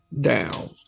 down